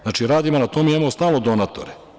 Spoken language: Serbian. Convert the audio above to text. Znači, radimo na tome i imamo stalno donatore.